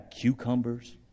cucumbers